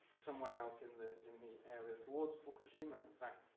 somewhere out in the in the area towards fukushima, in fact,